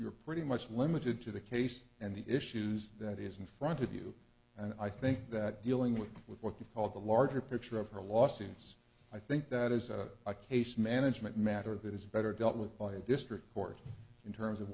you're pretty much limited to the case and the issues that is in front of you and i think that dealing with with what you call the larger picture of her lawsuits i think that is a case management matter that is better dealt with by a district court in terms of